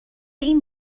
این